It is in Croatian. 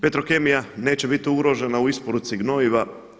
Petrokemija neće biti ugrožena u isporuci gnojiva.